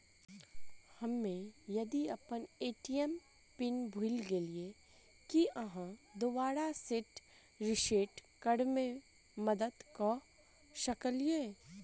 हम्मे यदि अप्पन ए.टी.एम पिन भूल गेलियै, की अहाँ दोबारा सेट रिसेट करैमे मदद करऽ सकलिये?